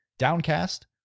Downcast